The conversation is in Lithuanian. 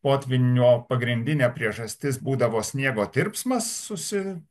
potvynio pagrindinė priežastis būdavo sniego tirpsmas susi